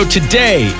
Today